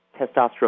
testosterone